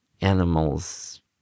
animals